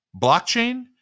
blockchain